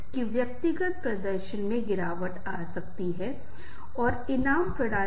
स्वभावतः हम इंसान अन्य मनुष्यों के साथ अधिक संपर्क रखना चाहते हैं यह हमारी प्रकृति है